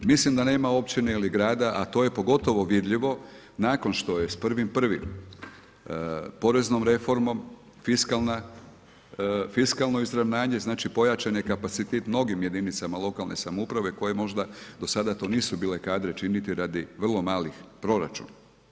Mislim da nema općine ili grada a to je pogotovo vidljivo nakon što je s 1.1., poreznom reformom, fiskalno izravnanje, znači pojačan je kapacitet mnogim jedinicama lokalne samouprave koje možda do sada to nisu bile kadre činiti radi vrlo malih proračuna.